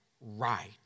right